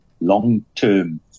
long-term